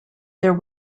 there